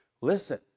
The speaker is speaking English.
listen